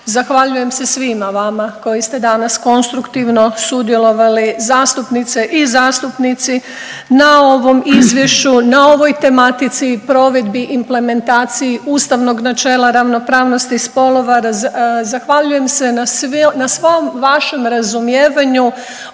Zahvaljujem se svima vama koji ste danas konstruktivno sudjelovali zastupnice i zastupnici na ovom izvješću, na ovoj tematici, provedbi, implementaciji ustavnog načela ravnopravnosti spolova. Zahvaljujem se na svom vašem razumijevanju